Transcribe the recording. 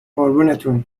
قربونتون